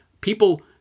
People